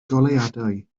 goleuadau